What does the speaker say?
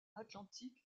atlantique